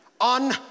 on